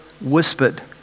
whispered